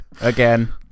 Again